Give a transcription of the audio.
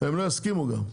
הם לא יסכימו גם.